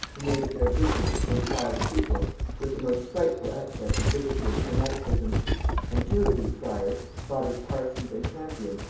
who made it their business to inspire the pupils with the most frightful excess of bigotry and fanaticism and two of these friars, fathers parsons and campion,